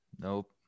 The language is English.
nope